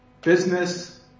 business